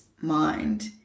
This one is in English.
mind